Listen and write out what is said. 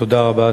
תודה רבה.